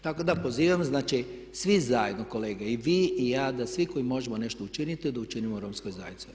Tako da pozivam znači sve zajedno, kolege i vi i ja da svi koji možemo nešto učiniti da učinimo romskoj zajednici.